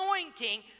anointing